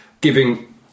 giving